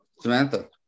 Samantha